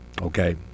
okay